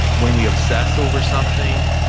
when we obsess over something,